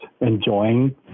enjoying